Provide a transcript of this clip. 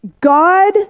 God